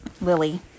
Lily